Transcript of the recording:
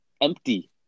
empty